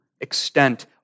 extent